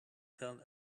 fell